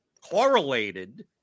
correlated